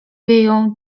wieją